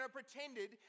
pretended